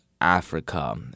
Africa